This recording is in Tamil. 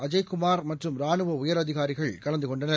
அஜய்குமார் மற்றும் ரானுவஉயரதிகாரிகள் கலந்துகொண்டனர்